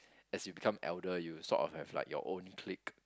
as you become elder you sort of have like your own clique